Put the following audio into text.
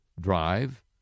Drive